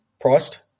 priced